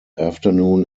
afternoon